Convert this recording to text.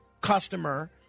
customer